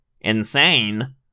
Insane